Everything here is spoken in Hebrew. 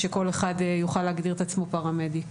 שכול אחד יוכל להגדיר את עצמו פרמדיק.